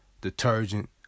detergent